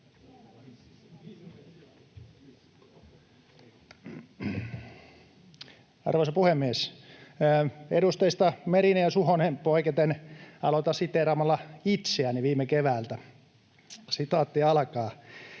Arvoisa puhemies! Edustajista Merinen ja Suhonen poiketen aloitan siteeraamalla itseäni viime keväältä: ”Kahden maissa